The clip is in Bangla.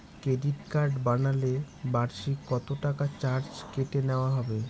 ক্রেডিট কার্ড বানালে বার্ষিক কত টাকা চার্জ কেটে নেওয়া হবে?